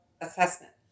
assessment